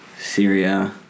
Syria